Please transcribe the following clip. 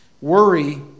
Worry